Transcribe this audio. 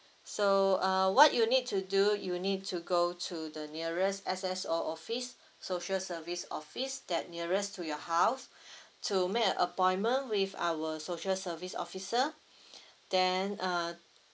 so uh what you need to do you need to go to the nearest S_S_O office social service office that nearest to your house to make an appointment with our social service officer then uh